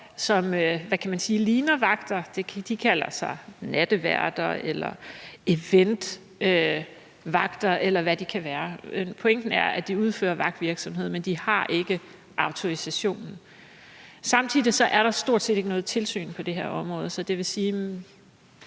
som ligner vagter. De kalder sig natteværter, eventvagter, eller hvad de kan være. Pointen er, at de udfører vagtvirksomhed, men at de ikke har autorisationen. Samtidig er der stort set ikke noget tilsyn på det her område. Det vil sige,